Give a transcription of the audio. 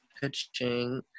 pitching